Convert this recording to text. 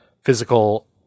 physical